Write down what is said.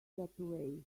getaway